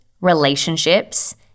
relationships